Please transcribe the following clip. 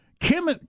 Kim